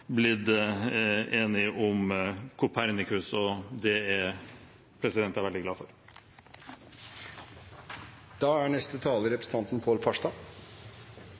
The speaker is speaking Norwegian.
blitt enig om Copernicus. Det er jeg veldig glad for.